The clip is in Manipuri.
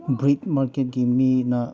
ꯕ꯭ꯔꯤꯠ ꯃꯥꯔꯀꯦꯠꯀꯤ ꯃꯤꯅ